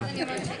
כן.